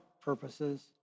purposes